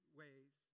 ways